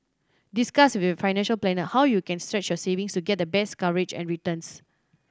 discuss with a financial planner how you can stretch your saving to get the best coverage and returns